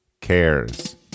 cares